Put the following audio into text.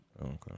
okay